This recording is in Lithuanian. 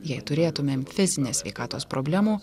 jei turėtumėm fizinės sveikatos problemų